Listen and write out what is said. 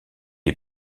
est